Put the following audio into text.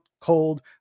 cold